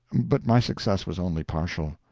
but my success was only partial,